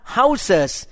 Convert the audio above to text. houses